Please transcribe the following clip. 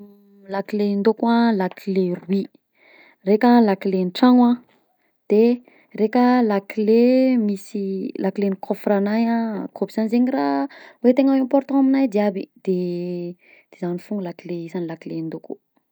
Lakile ndaoko a lakile roy, raika a lakilen'ny tragno a de raika an lakile misy lakilen'ny coffrenahy a koa misy anzegny raha hoe tegna important aminahy jiaby de zany foagna lakile isan'ny lakile ndaoko.